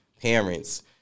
parents